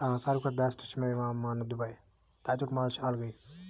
ساروی کھۄتہ بیٚسٹ چھِ مےٚ یِوان ماننہٕ دُبے تتیُک مَزٕ چھُ اَلگے